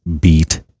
beat